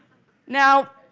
now,